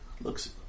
looks